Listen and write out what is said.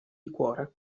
liquore